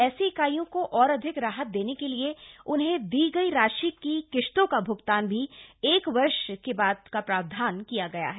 ऐसी इकाइयों को और अधिक राहत देने के लिए उन्हें दी गई राशि कि किश्तों का भ्गतान भी एक वर्ष बाद देने का प्रावधान किया गया है